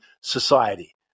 society